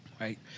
Right